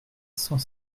cent